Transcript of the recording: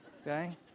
okay